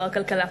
שר הכלכלה,